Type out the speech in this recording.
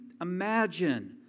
imagine